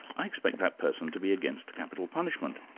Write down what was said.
i expect that person to be against capital punishment.